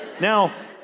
Now